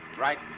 Right